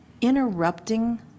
interrupting